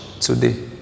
today